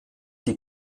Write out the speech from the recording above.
die